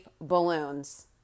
balloons